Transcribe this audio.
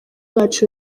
bacu